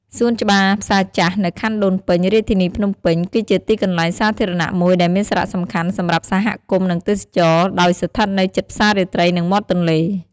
សួនច្បារផ្សារចាស់នៅខណ្ឌដូនពេញ រាជធានីភ្នំពេញ គឺជាទីកន្លែងសាធារណៈមួយដែលមានសារៈសំខាន់សម្រាប់សហគមន៍ និងទេសចរណ៍ ដោយស្ថិតនៅជិតផ្សាររាត្រី និងមាត់ទន្លេ។